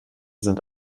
sind